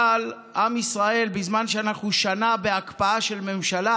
אבל בזמן שאנחנו שנה בהקפאה של ממשלה